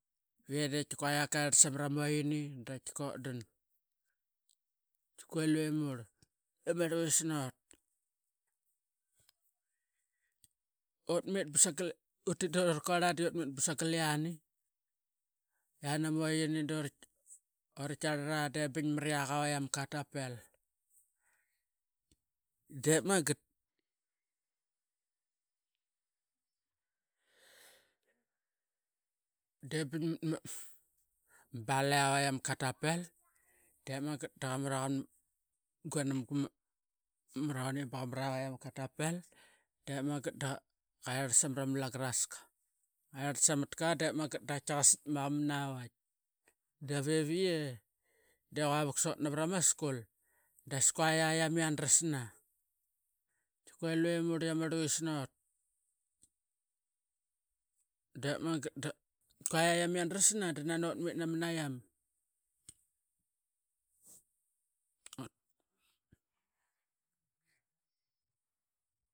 Evie de tikaqua iak kaiarlat samarama vaini da qaitika utdan, de qaitka raqurla i murl i ama rluvis not. Utmit ba sangal utit durakuarl di sangal iani ama vaini dura tirlat de bing mariak a vait ama katapel. Dep mangat da bing mat ma Bale a wait ama katapel, dep mangat da qa maraqan guanamga ma Ronnie ba qa mara vait ama katapelki, dep mangat da qaiarlat samarama langraska. Qaiarlat samatka da qaiki qasikmaqa mara wait Devevie da qua vuksot navarama school das kua yayam i yana drasna, katika lue murl ama rluwis naut dep mangat da qua yayam yan drasna da nani utit namana iam.